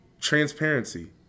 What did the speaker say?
transparency